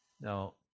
Now